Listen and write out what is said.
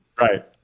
right